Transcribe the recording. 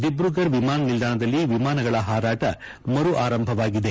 ದಿಬ್ರುಗರ್ ವಿಮಾನ ನಿಲ್ದಾಣದಲ್ಲಿ ವಿಮಾನಗಳ ಹಾರಾಟ ಮರು ಆರಂಭವಾಗಿದೆ